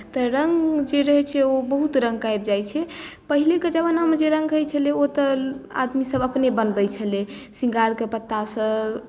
तऽ रङ्ग जे रहैत छै ओ बहुत रङ्गके आबि जाइत छै पहिलेके जमानामे जे रङ्ग होइत छलै ओ तऽ आदमीसभ अपने बनबैत छलै शृङ्गारके पत्तासँ